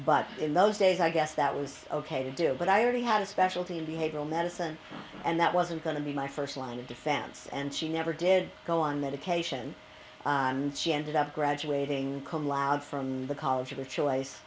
but in those days i guess that was ok to do but i already had a specialty in behavioral medicine and that wasn't going to be my first line of defense and she never did go on medication she ended up graduating cum loud from the college of her choice